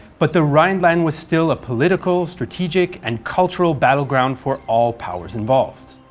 but the rhineland was still a political, strategic, and cultural battleground for all powers involved.